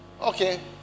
Okay